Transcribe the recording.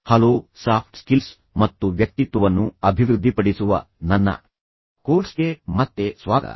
hello soft skills ಮತ್ತು ವ್ಯಕ್ತಿತ್ವವನ್ನು ಅಭಿವೃದ್ಧಿಪಡಿಸುವ ನನ್ನ ಕೋರ್ಸ್ಗೆ ಮತ್ತೆ ಸ್ವಾಗತ